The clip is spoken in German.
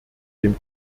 dem